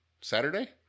Saturday